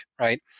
Right